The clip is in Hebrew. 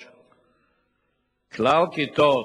כלומר,